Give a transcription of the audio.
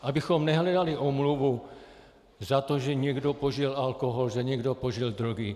Abychom nehledali omluvu za to, že někdo požil alkohol, že někdo požil drogy.